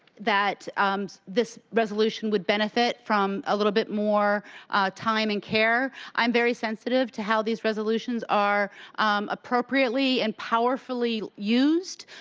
that this resolution would benefit from a little bit more time, and care. i am very sensitive to how these resolutions are appropriately, and powerfully used.